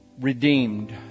redeemed